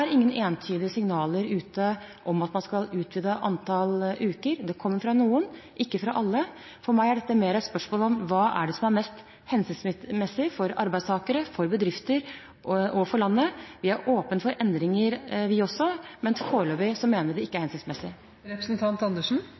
ingen entydige signaler ute om at man skal utvide antall uker. Det kommer fra noen, ikke fra alle. For meg er dette mer et spørsmål om hva som er mest hensiktsmessig for arbeidstakerne, for bedriftene og for landet. Vi er åpne for endringer, vi også, men foreløpig mener vi at det ikke er